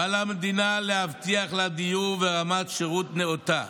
ועל המדינה להבטיח לה דיור ורמת שירות נאותה.